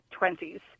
20s